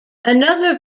another